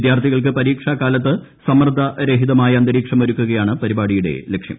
വിദ്യാർത്ഥികൾക്ക് പരീക്ഷാക്കാലത്ത് സമ്മർദ്ദരഹിതമായ അന്തരീക്ഷം ഒരുക്കുകയാണ് പരിപാടിയുടെ ലക്ഷ്യം